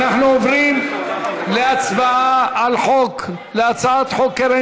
אנחנו עוברים להצבעה על הצעת חוק קרן